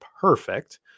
perfect